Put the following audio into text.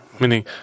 Meaning